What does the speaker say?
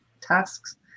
tasks